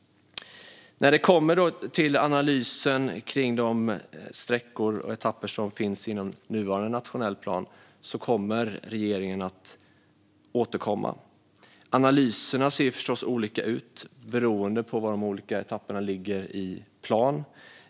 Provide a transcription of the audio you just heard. När det kommer till analysen om de sträckor och etapper som finns inom nuvarande nationell plan kommer regeringen att återkomma. Analyserna ser förstås olika ut beroende på var de olika etapperna ligger i plan.